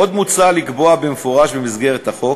עוד מוצע לקבוע במפורש במסגרת החוק